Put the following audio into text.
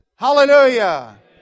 Hallelujah